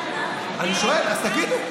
אני שואל, אז תגידו.